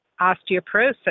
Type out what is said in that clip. osteoporosis